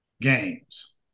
games